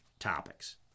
topics